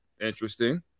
interesting